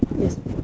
yes